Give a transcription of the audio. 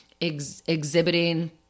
exhibiting